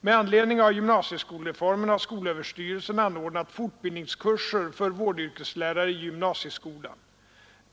Med anledning av gymnasieskolreformen har skolöverstyrelsen anordnat fortbildningskurser för vårdyrkeslärare i gymnasieskolan.